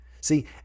See